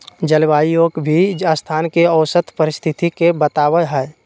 जलवायु कोय भी स्थान के औसत परिस्थिति के बताव हई